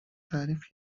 تعریف